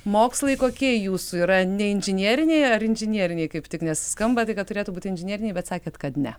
mokslai kokie jūsų yra ne inžinieriniai ar inžinieriniai kaip tik nes skamba tai kad turėtų būti inžineriniai bet sakėt kad ne